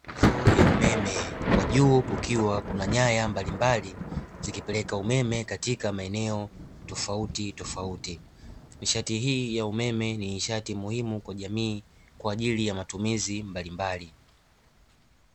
Nguzo ya umeme, kwa juu kukiwa na nyaya mbalimbali zikipeleka umeme katika maeneo tofauti tofauti. Nishati hii ya umeme ni nishati muhimu kwa jamii kwa ajili ya matumizi mbalimbali.